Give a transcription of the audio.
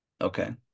Okay